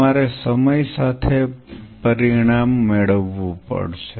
તમારે સમય સાથે સારું પરિણામ મેળવવું પડશે